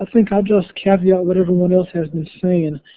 think i'll just caveat what everyone else has been saying.